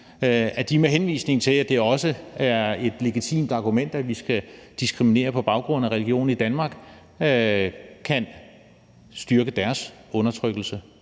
at de med henvisning til, at det også er et legitimt argument, at vi skal diskriminere på baggrund af religion i Danmark, kan styrke deres undertrykkelse